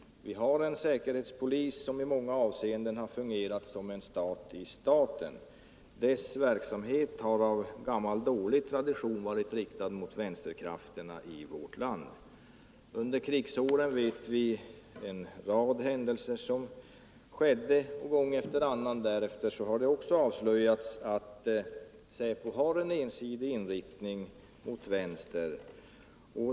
Vi har en säkerhetspolis som i många avseenden har fungerat som en stat i staten. Dess verksamhet har av gammal dålig tradition varit riktad mot vänsterkrafterna i vårt land. Under krigsåren inträffade en rad händelser, och även därefter har gång efter annan avslöjats att SÄPO har en ensidig inriktning mot vänstern.